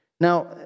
Now